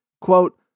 quote